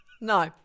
No